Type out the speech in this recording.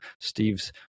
steve's